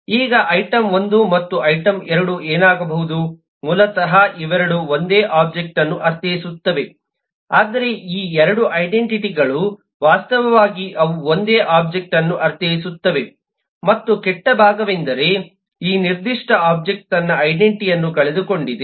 ಈಗ ಐಟಂ 1 ಮತ್ತು ಐಟಂ 2 ಏನಾಗಬಹುದು ಮೂಲತಃ ಇವೆರಡೂ ಒಂದೇ ಒಬ್ಜೆಕ್ಟ್ ಅನ್ನು ಅರ್ಥೈಸುತ್ತವೆ ಆದರೆ ಈ 2 ಐಡೆಂಟಿಟಿಗಳು ವಾಸ್ತವವಾಗಿ ಅವು ಒಂದೇ ಒಬ್ಜೆಕ್ಟ್ ಅನ್ನು ಅರ್ಥೈಸುತ್ತವೆ ಮತ್ತು ಕೆಟ್ಟ ಭಾಗವೆಂದರೆ ಈ ನಿರ್ದಿಷ್ಟ ಒಬ್ಜೆಕ್ಟ್ ತನ್ನ ಐಡೆಂಟಿಟಿ ಅನ್ನು ಕಳೆದುಕೊಂಡಿದೆ